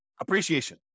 appreciation